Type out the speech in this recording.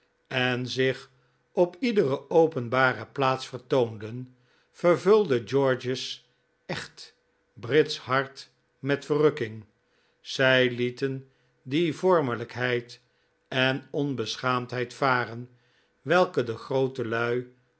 en zich op iedere openbare plaats vertoonden vervulde george's echt britsch hart met verrukking zij lieten die vormelijkheid en onbeschaamdheid varen welke de groote lui